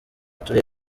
kugira